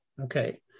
Okay